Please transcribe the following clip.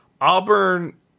Auburn